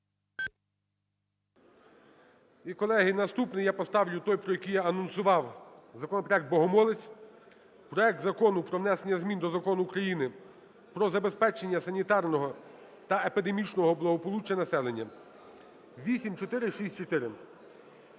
І, колеги, наступний я поставлю той, про який я анонсував, законопроект Богомолець, проект Закону про внесення змін до Закону України "Про забезпечення санітарного та епідемічного благополуччя населення" (8464).